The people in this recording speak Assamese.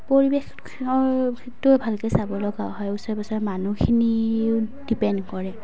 পৰিৱেশটো ভালকে চাব লগা হয় ওচৰ পাজৰৰ মানুহখিনিও ডিপেণ্ড কৰে